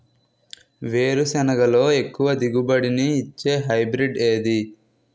వేరుసెనగ లో ఎక్కువ దిగుబడి నీ ఇచ్చే హైబ్రిడ్ ఏది?